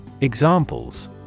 Examples